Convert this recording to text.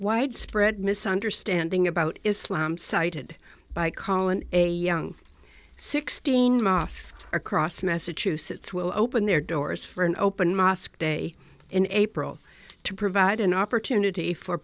widespread misunderstanding about islam cited by colony a young sixteen mosque across massachusetts will open their doors for an open mosque day in april to provide an opportunity for